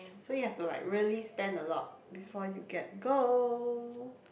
so you have to like really spend a lot before you get gold